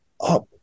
up